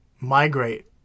migrate